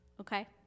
Okay